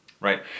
right